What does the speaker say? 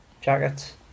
jackets